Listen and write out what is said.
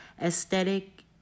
aesthetic